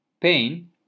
pain